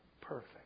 perfect